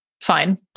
fine